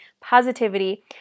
positivity